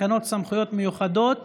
תקנות סמכויות מיוחדות